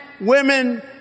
women